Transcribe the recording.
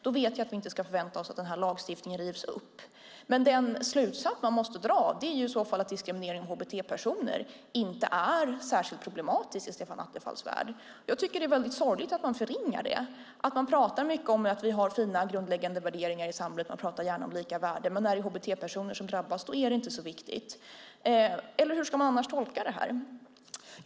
Då vet jag att vi inte ska vänta oss att denna lagstiftning rivs upp. Den slutsats man måste dra är i så fall att diskriminering av hbt-personer inte är särskilt problematiskt i Stefan Attefalls värld. Jag tycker att det är väldigt sorgligt att man förringar det. Man pratar mycket om att vi har fina grundläggande värderingar i samhället, och man pratar gärna om allas lika värde, men är det hbt-personer som drabbas är det inte så viktigt. Hur ska man annars tolka det?